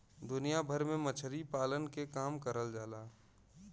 दुनिया भर में मछरी पालन के काम करल जाला